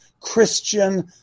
Christian